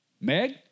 Meg